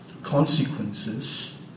Consequences